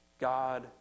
God